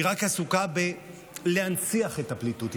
היא רק עסוקה בלהנציח את הפליטות.